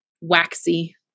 Waxy